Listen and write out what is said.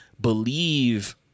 believe